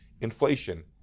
inflation